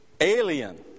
alien